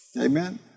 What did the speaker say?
Amen